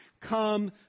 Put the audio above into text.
come